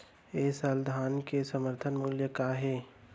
ए साल धान के समर्थन मूल्य का हे?